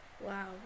Wow